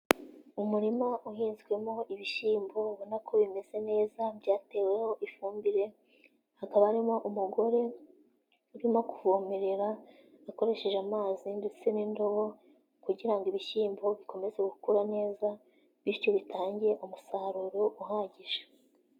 Umurima uhinzwemo ibishyimbo ubona ko bimeze neza byateweho ifumbire, hakaba harimo umugore, urimo kuvomerera, akoresheje amazi ndetse n'indobo, kugira ngo ibishyimbo bikomeze gukura neza, bityo bitange umusaruro uhagije.